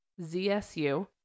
ZSU